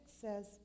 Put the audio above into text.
says